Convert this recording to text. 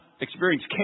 experience